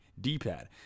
D-pad